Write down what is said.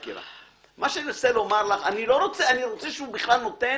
אני רוצה שהוא ייתן